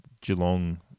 Geelong